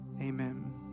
amen